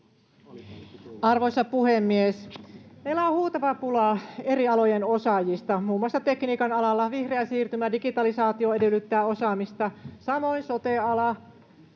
Arvoisa puhemies! Meillä on huutava pula eri alojen osaajista muun muassa tekniikan alalla: vihreä siirtymä ja digitalisaatio edellyttävät osaamista. Samoin sote-ala